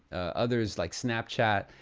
others like snapchat,